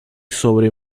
sobre